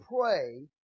pray